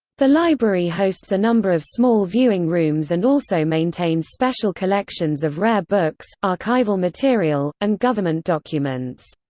the library hosts a number of small viewing rooms and also maintains special collections of rare books, archival material, and government documents.